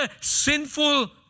sinful